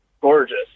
gorgeous